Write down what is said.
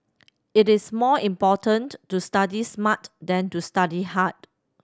it is more important to study smart than to study hard